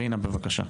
רינה, בבקשה.